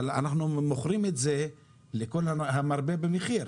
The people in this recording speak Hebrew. אבל אנחנו מוכרים את זה לכל המרבה במחיר,